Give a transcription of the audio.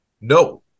No